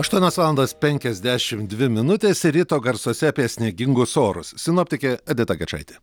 aštuonios valandos penkiasdešim dvi minutės ir ryto garsuose apie sniegingus orus sinoptikė edita gečaitė